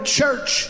church